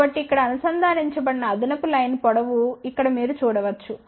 కాబట్టి ఇక్కడ అనుసంధానించబడిన అదనపు లైన్ పొడవు ఇక్కడ మీరు చూడవచ్చు